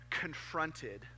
confronted